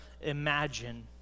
imagine